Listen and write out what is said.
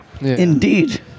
Indeed